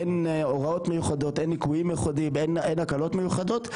אין הוראות מיוחדות, אין הקלות מיוחדות.